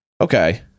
Okay